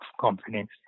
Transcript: confidence